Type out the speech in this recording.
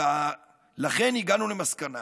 ולכן הגענו למסקנה